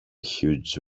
huge